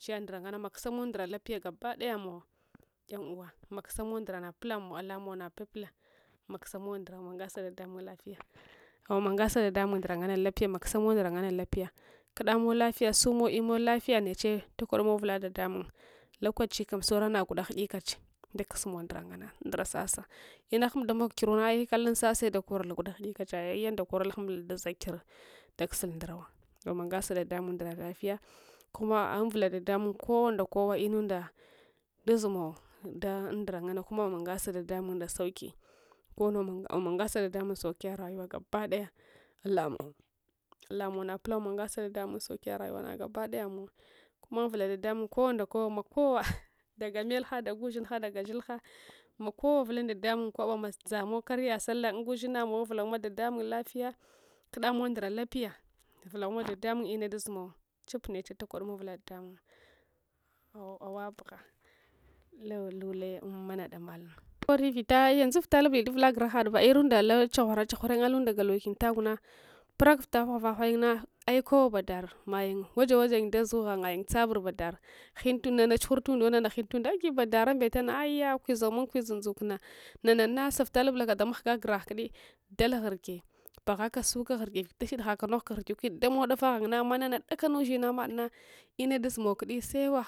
Chiya ndra makasamum ndra lafiya gabayamu yan uwa makasamun ndra napilamum alamum napila makasamum ndra angasa dadmumndra lafiya awa mangesa ndra ane lafiya makasamowa nfra gnanne lapiya kadum kapiya sumun ime lapiya neche takos mun avla dadamun lokachi kam naschura naguda huddikache daskmum ndra ana ndra sasa ina hambu damog kiruna ai kalan sasa dakorla gwada hidikache ai yayinda kore hanbul dazil kisu daksl ndrg wa ama ngasa dadamun ndra lafiya kuma auvla dadamun kowa nda koka inunda dadamun saukiya rayawa gabadaya alamun alamun napita alamun napita alamun ma angesa dadamun saukiya rayuwa gabadaya kuma anvla dadamun makowa nda kowa daga melha daga uzhurha daga zhilha makowa vlam dadamun kwaba ma dats mun karya sala anga uzhinayin muwo anga uzhina muwo mavlan dadamun sawa pgha o lular an mana damalana kori vita yansu lash davula grahant irinda la chuhura chuhurayrin galakayin tagwana prek vita ghuvava loina ar kawo barlar mayin wasa wasa yin dazu ghanuyin tsabar nana hin chuhur hin tunda nama hinne tunda agi badava mbetana aiya kwisa mun kwisa ndsultma nama sa vita lableka danghga gragha ki dal ghrge ba ghaka suka ghrge vita shute ba hakagh nogh ghrge damul daffa ghanna manana dakana uzhina mayin amma ina dasmoki sewa